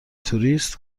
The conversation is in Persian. توریست